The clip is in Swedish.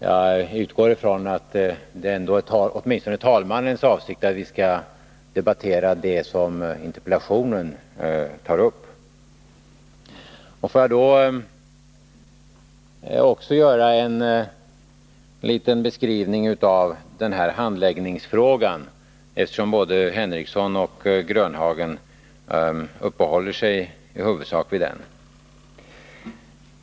Jag utgår ifrån att det åtminstone är talmannens avsikt att vi skall debattera det som tas upp i interpellationen. Låt då också mig göra en beskrivning av handläggningen — både Sven Henricsson och Nils-Olof Grönhagen uppehöll sig ju i huvudsak vid den.